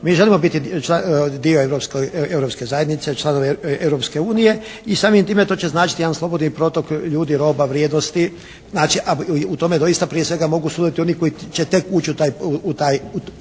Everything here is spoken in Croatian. Mi želimo biti dio Europske zajednice, članovi Europske unije i samim time to će značiti jedan slobodni protok ljudi, roba, vrijednosti. Znači u tome doista prije svega mogu sudjelovati oni koji će tek ući u takvu